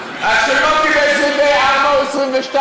אז של מוטי יהיה 24 או 22,